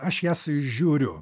aš jas žiūriu